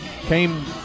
came